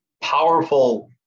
powerful